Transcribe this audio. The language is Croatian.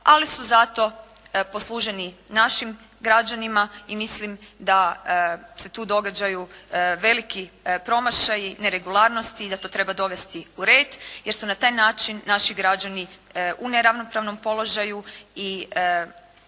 ali su zato posluženi našim građanima. I mislim da se tu događaju veliki promašaji neregularnosti i da to treba dovesti u red, jer su na taj način naši građani u neravnopravnom položaju i